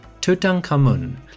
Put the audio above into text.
Tutankhamun